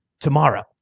tomorrow